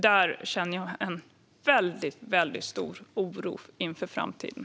Där känner jag en mycket stor oro inför framtiden.